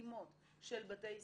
דגימות של בתי ספר,